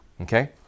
Okay